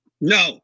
no